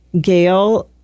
Gail